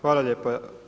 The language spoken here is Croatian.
Hvala lijepa.